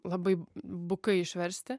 labai bukai išversti